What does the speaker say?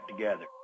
together